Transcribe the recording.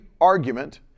argument